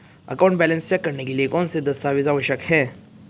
Account balance check करने के लिए कौनसे दस्तावेज़ आवश्यक हैं?